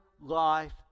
life